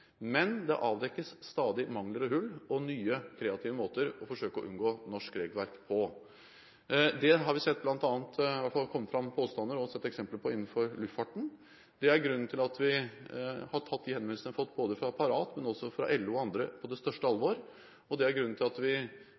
Men det avdekkes stadig mangler og hull og nye kreative måter å forsøke å unngå norsk regelverk på. Det har vi bl.a. sett eksempler på – i hvert fall har det kommet fram påstander – innenfor luftfarten. Det er grunnen til at vi har tatt de henvendelsene vi har fått fra Parat, LO og andre, på det største alvor. Det er også grunnen til at vi